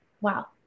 Wow